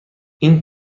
این